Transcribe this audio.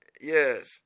yes